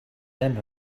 them